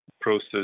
process